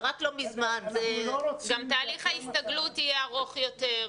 גם תהליך ההסתגלות יהיה ארוך יותר.